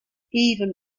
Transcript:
even